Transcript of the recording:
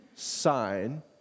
sign